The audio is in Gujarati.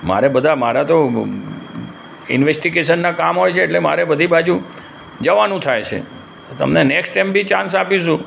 મારે બધે મારા તો ઇન્વેસ્ટિગેશનના કામ હોય છે એટલે મારે બધી બાજુ જવાનું થાય છે તમને નેક્સ્ટ ટાઇમ બી ચાન્સ આપીશું